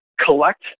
collect